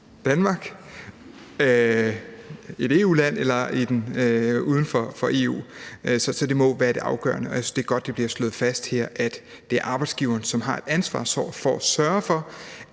Danmark, et EU-land eller uden for EU. Så det må være det afgørende, og jeg synes, det er godt, det bliver slået fast her, at det er arbejdsgiveren, som har ansvaret for at sørge for,